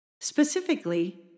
specifically